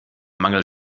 mangel